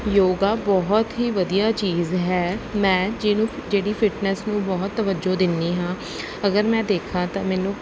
ਯੋਗਾ ਬਹੁਤ ਹੀ ਵਧੀਆ ਚੀਜ਼ ਹੈ ਮੈਂ ਜਿਹਨੂੰ ਜਿਹੜੀ ਫਿੱਟਨੈੱਸ ਨੂੰ ਬਹੁਤ ਤਵੱਜੋਂ ਦਿੰਦੀ ਹਾਂ ਅਗਰ ਮੈਂ ਦੇਖਾਂ ਤਾਂ ਮੈਨੂੰ